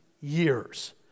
years